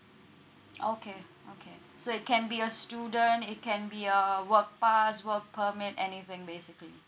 okay okay so it can be a student it can be a work pass work permit anything basically